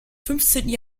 fünfzehnten